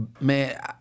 man